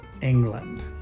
England